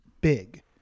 big